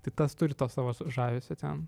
tai tas turi to savo s žavesio ten